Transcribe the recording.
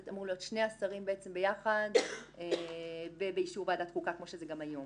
זה אמור להיות שני השרים ביחד ובאישור ועדת חוקה כמו שזה גם היום.